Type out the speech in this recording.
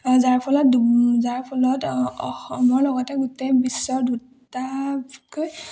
যাৰ ফলত যাৰ ফলত অসমৰ লগতে গোটেই বিশ্বৰ দুটা